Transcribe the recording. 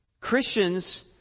Christians